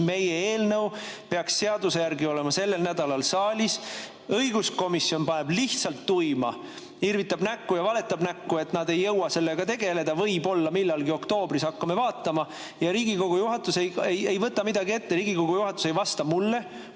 meie eelnõu peaks seaduse järgi olema sellel nädalal saalis. Õiguskomisjon paneb lihtsalt tuima, irvitab näkku ja valetab näkku, et nad ei jõua sellega tegeleda, öeldakse: "Võib-olla millalgi oktoobris hakkame vaatama," aga Riigikogu juhatus ei võta midagi ette, Riigikogu juhatus ei vasta mulle,